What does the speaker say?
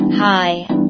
Hi